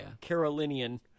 Carolinian